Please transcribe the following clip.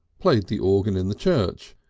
played the organ in the church,